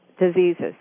diseases